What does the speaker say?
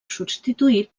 substituït